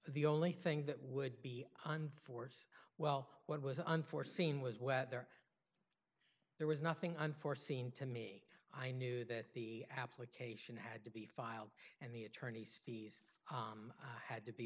only thing that would be on force well what was unforeseen was whether there was nothing unforeseen to me i knew that the application had to be filed and the attorney's fees had to be